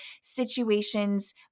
situations